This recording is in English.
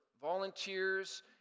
volunteers